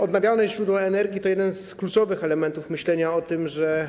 Odnawialne źródła energii to jeden z kluczowych elementów myślenia o tym, że.